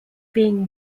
being